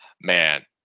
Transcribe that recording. man